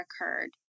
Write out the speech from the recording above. occurred